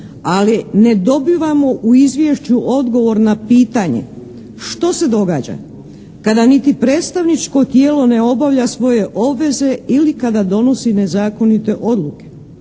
ali ne dobivamo u izvješću odgovor na pitanje što se događa kada niti predstavničko tijelo ne obavlja svoje obveze ili kada donosi nezakonite odluke.